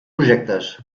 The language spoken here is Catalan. projectes